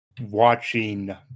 watching